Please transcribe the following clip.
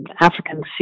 African